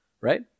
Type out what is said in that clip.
right